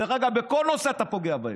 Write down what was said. דרך אגב, בכל נושא אתה פוגע בהם.